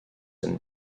and